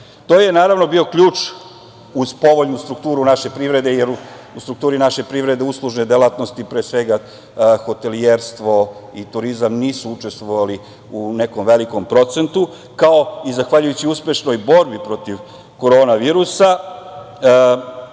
je, naravno, bio ključ uz povoljnu strukturu naše privrede, jer u strukturi naše privrede uslužne delatnosti, pre svega hotelijerstvo i turizam, nisu učestvovali u nekom velikom procentu, kao i zahvaljujući uspešnoj borbi protiv korona virusa